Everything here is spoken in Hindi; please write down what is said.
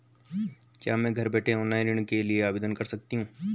क्या मैं घर बैठे ऑनलाइन ऋण के लिए आवेदन कर सकती हूँ?